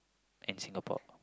in Singapore